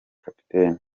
kapiteni